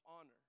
honor